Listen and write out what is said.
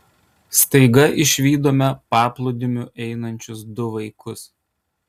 staiga išvydome paplūdimiu einančius du vaikus